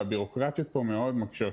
והביורוקרטיה מאוד מקשה.